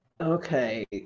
Okay